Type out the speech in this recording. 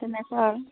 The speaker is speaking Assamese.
তেনেকুৱা